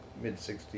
mid-60s